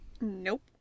Nope